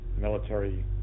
military